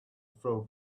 throw